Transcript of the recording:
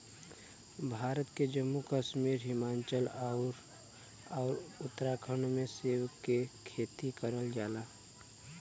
भारत के जम्मू कश्मीर, हिमाचल आउर उत्तराखंड में सेब के खेती करल जाला